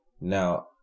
Now